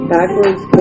Backwards